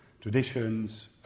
traditions